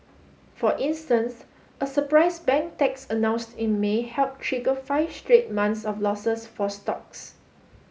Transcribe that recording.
for instance a surprise bank tax announced in May help trigger five straight months of losses for stocks